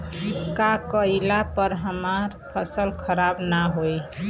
का कइला पर हमार फसल खराब ना होयी?